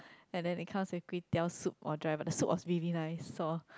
and then it comes with Kway-Teow soup or dry but the soup is really nice so